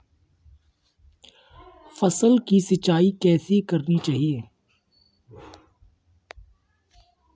फसल की सिंचाई कैसे करनी चाहिए?